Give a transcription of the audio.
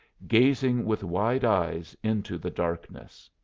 gazing with wide eyes into the darkness.